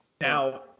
Now